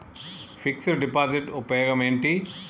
Fix డ్ deposit ఉపయోగం ఏంటి?